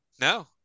No